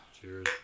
Cheers